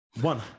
One